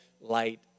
light